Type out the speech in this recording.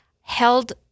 held